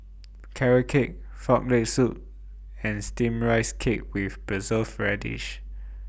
Carrot Cake Frog Leg Soup and Steamed Rice Cake with Preserved Radish